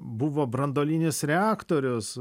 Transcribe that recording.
buvo branduolinis reaktorius